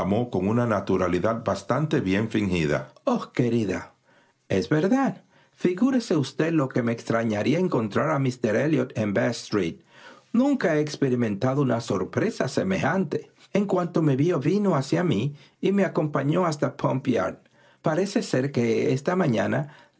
con una naturalidad bastante bien fingida oh querida es verdad figúrese usted lo que me extrañaría encontrar a míster elliot ei bath street nunca he experimentado una sorpresa semejante en cuanto me vió vino hacia mí y me acompañó hasta pump yard parece ser que esta mañana